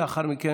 ולאחר מכן,